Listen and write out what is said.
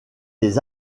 les